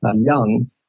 young